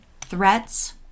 threats